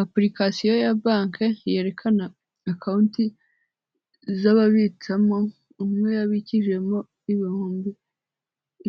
Apurikasiyo ya banki yerekana akawunti zababitsamo undi yabikijemo ibihumbi